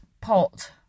pot